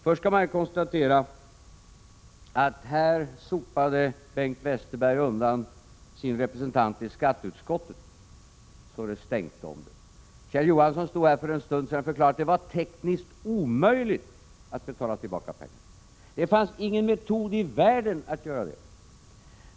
Först vill jag konstatera att här sopade Bengt Westerberg undan sin representant i skatteutskottet så det stänkte om det. Kjell Johansson stod här för en stund sedan och förklarade att det var tekniskt omöjligt att betala tillbaka pengarna; det fanns ingen metod i världen att göra det.